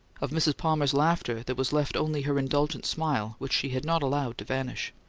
of mrs. palmer's laughter there was left only her indulgent smile, which she had not allowed to vanish.